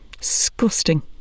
Disgusting